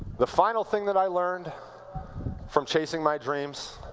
the final thing that i learned from chasing my dreams,